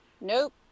Nope